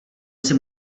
jsi